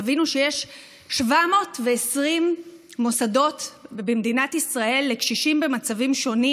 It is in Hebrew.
תבינו שיש 720 מוסדות במדינת ישראל לקשישים במצבים שונים.